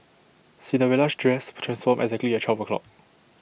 Cinderella's dress transformed exactly at twelve o'clock